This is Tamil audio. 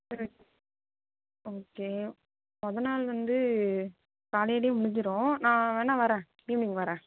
சரி ஓகே மொதல் நாள் வந்து காலையிலேயே முடிஞ்சுரும் நான் வேணால் வரேன் ஈவ்னிங் வரேன்